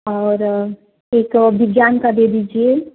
और एक विज्ञान का दे दीजिए